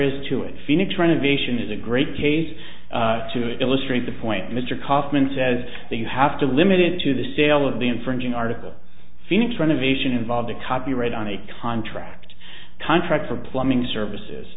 is to it phoenix renovation is a great case to illustrate the point mr kaufman says that you have to limit it to the sale of the infringing article phoenix renovation involved a copyright on a contract contract for plumbing services